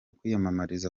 kwiyamamariza